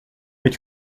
mais